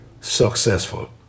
successful